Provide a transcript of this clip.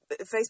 Facebook